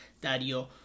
Dario